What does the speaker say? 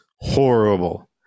horrible